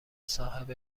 صاحب